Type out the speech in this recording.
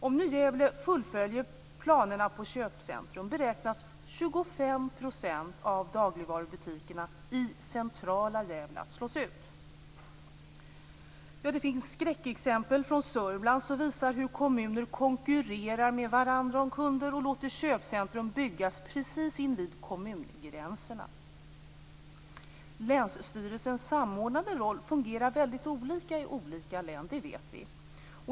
Om Gävle fullföljer planerna på köpcentrum kommer, beräknas det, 25 % Vidare finns det skräckexempel från Sörmland som visar hur kommuner konkurrerar med varandra om kunder och låter köpcentrum byggas precis invid kommungränserna. Att länsstyrelsens samordnande roll fungerar väldigt olika i olika län vet vi.